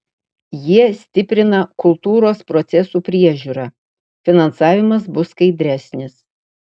jie stiprina kultūros procesų priežiūrą finansavimas bus skaidresnis